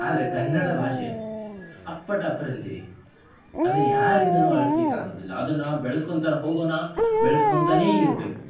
ಆದರೆ ಕನ್ನಡ ಭಾಷೆ ಅಪ್ಪಟ ಅಪರಂಜಿ ರೀ ಅದನ್ನು ಯಾರಿಂದನೂ ಅಳ್ಸ್ಲಿಕ್ಕೆ ಆಗೋದಿಲ್ಲ ಅದನ್ನು ಬೆಳ್ಸ್ಕೊಳ್ತ ಹೋಗೋಣ ಬೆಳ್ಸ್ಕೊಂತಲೇ ಇರಬೇಕು